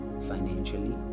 financially